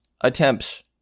attempts